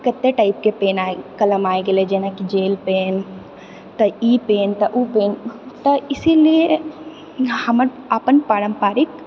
आब कते टाइपके पेन आबि कलम आबि गेले जेनाकि जेल पेन तऽ ई पेन तऽ ओ पेन तऽ इसिलिए हमर अपन पारम्परिक